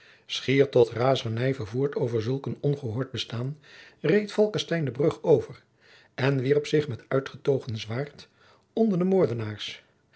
schier tot razernij vervoerd over zulk een ongehoord bestaan reed falckestein de brug over en wierp zich met uitgetogen zwaard onder de moordenaars